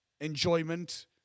enjoyment